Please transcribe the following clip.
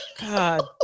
God